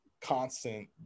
constant